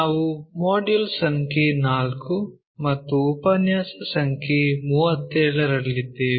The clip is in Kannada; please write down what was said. ನಾವು ಮಾಡ್ಯೂಲ್ ಸಂಖ್ಯೆ 4 ಮತ್ತು ಉಪನ್ಯಾಸ ಸಂಖ್ಯೆ 37 ರಲ್ಲಿದ್ದೇವೆ